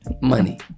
money